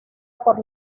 por